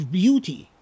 beauty